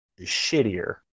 shittier